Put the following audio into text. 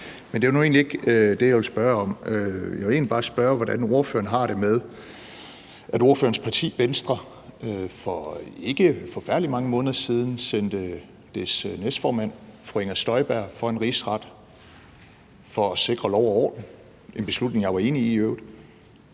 Men det er nu egentlig ikke det, jeg vil spørge om. Jeg vil egentlig bare spørge om, hvordan ordføreren har det med, at ordførerens parti, Venstre, for ikke så forfærdelig mange måneder siden sendte dets næstformand, fru Inger Støjberg, for en rigsret for at sikre lov og orden – en beslutning, jeg i øvrigt